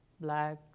black